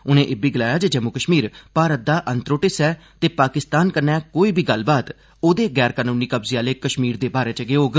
उनें इब्बी गलाया जे जम्मू कश्मीर भारत दा अनत्रुट्ट हिस्सा ऐ ते पाकिस्तान कन्नै कोई बी गल्लबात ओह्दे गैर कनूनी कब्जे आह्ले कश्मीर दे बारै च गै होग